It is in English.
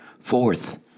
Fourth